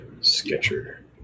Sketcher